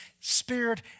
spirit